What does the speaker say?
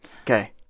Okay